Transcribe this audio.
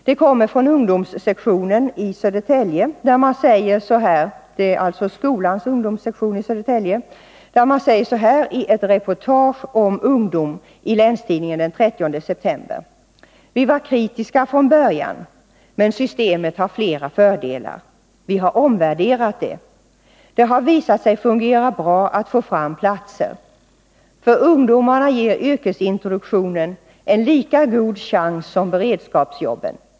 Det kommer från skolans ungdomssektion i Södertälje. I ett reportage om ungdom i Länstidningen den 30 september säger man så här: ”Vi var kritiska från början. Men systemet har flera fördelar. Vi har omvärderat det. Det har visat sig fungera bra att få fram platser. ——— För ungdomarna ger yrkesintroduktionen en lika god chans som beredskapsjobben.